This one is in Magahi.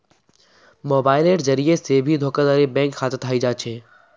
मोबाइलेर जरिये से भी धोखाधडी बैंक खातात हय जा छे